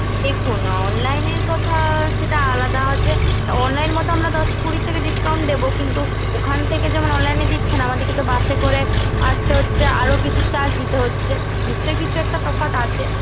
দেখুন অনলাইনের কথা সেটা আলাদা আছে অনলাইন মতো আমরা দশ কুড়ির থেকে ডিসকাউন্ট দেব কিন্তু ওখান থেকে যেমন অনলাইনে দিচ্ছে না আমাদেরকে তো বাসে করে আসতে হচ্ছে আরও কিছু চার্জ দিতে হচ্ছে নিশ্চয়ই কিছু একটা তফাৎ আছে